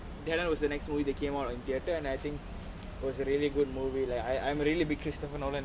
tenet was the next movie that came out in theatre and I think it was a really good movie like I I'm really a big christopher nolan